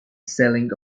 selling